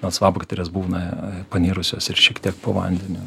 melsvabakterės būna panirusios ir šiek tiek po vandeniu